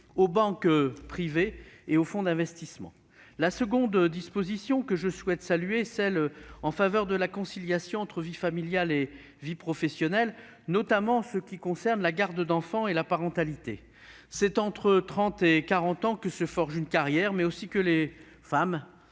aux banques privées et aux fonds d'investissement. La seconde disposition que je souhaite saluer est celle qui entend favoriser la conciliation entre vie familiale et vie professionnelle, notamment en ce qui concerne la garde d'enfants et la parentalité. C'est entre trente et quarante ans que se forge une carrière, mais aussi que les femmes